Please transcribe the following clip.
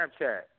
snapchat